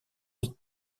les